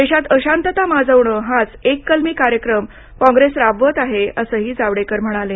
देशात अशांतता माजवणं हाच एक कलमी कार्यक्रम कॉंग्रैस राबवत असंही जावडेकर म्हणाले